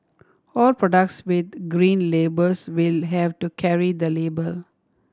all products with Green Labels will have to carry the label